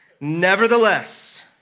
Nevertheless